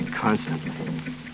constantly